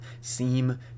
seem